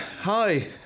hi